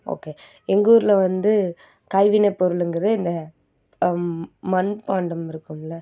okay எங்கூர்ல வந்து கைவினைப் பொருளுங்கிறது இந்த மண்பாண்டம் இருக்கும்ல